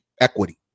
equity